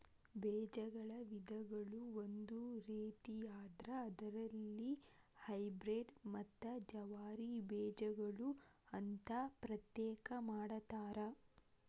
ಬೇಜಗಳ ವಿಧಗಳು ಒಂದು ರೇತಿಯಾದ್ರ ಅದರಲ್ಲಿ ಹೈಬ್ರೇಡ್ ಮತ್ತ ಜವಾರಿ ಬೇಜಗಳು ಅಂತಾ ಪ್ರತ್ಯೇಕ ಮಾಡತಾರ